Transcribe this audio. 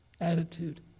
attitude